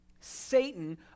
Satan